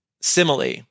simile